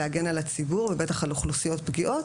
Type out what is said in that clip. הגנה על הציבור ובטח על אוכלוסיות פגיעות,